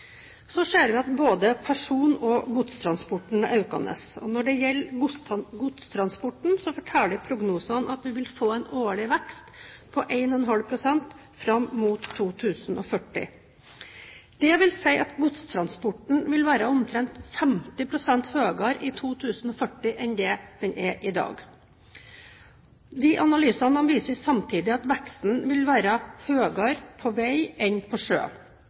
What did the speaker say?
Så ser vi at både person- og godstransporten er økende. Når det gjelder godstransporten, forteller prognosene at vi vil få en årlig vekst på 1,5 pst. fram mot 2040. Det vil si at godstransporten vil være omtrent 50 pst. høyere i 2040 enn det den er i dag. Analysene viser samtidig at veksten vil være høyere på vei enn på sjø.